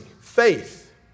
faith